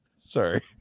Sorry